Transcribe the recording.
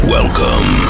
Welcome